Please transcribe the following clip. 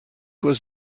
was